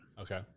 Okay